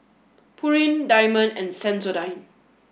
Pureen Diamond and Sensodyne